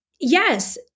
yes